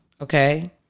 okay